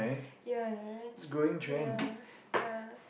ya the rest ya ya